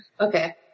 Okay